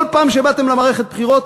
כל פעם שבאתם למערכת בחירות,